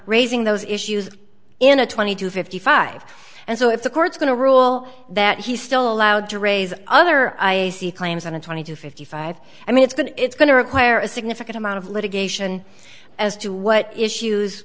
raising those issues in a twenty to fifty five and so if the court's going to rule that he's still allowed to raise other claims on a twenty to fifty five i mean it's going it's going to require a significant amount of litigation as to what issues